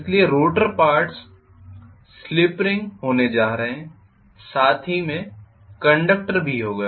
इसलिए rotating parts slip ring होने जा रहे हैं साथ ही में कंडक्टर भी होगा